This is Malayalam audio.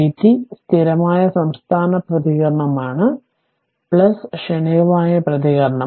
vt സ്ഥിരമായ സംസ്ഥാന പ്രതികരണമാണ് ക്ഷണികമായ പ്രതികരണം